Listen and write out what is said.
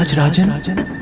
but rajarajan.